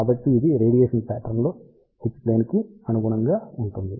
కాబట్టి ఇది radiation pattern లో H ప్లేన్ కి అనుగుణంగా ఉంటుంది